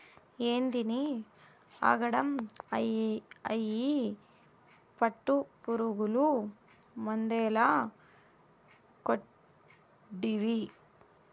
ఏందినీ ఆగడం, అయ్యి పట్టుపురుగులు మందేల కొడ్తివి